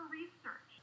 research